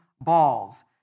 balls